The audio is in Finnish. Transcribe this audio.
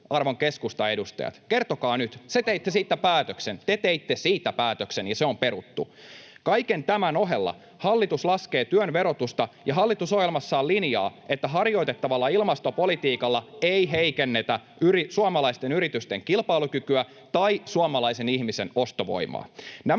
arvon keskustan edustajat? Kertokaa nyt. Te teitte siitä päätöksen, ja se on peruttu. Kaiken tämän ohella hallitus laskee työn verotusta ja hallitusohjelmassaan linjaa, että harjoitettavalla ilmastopolitiikalla ei heikennetä suomalaisten yritysten kilpailukykyä tai suomalaisen ihmisen ostovoimaa.